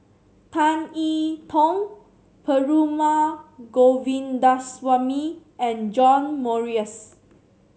Tan E Tong Perumal Govindaswamy and John Morrice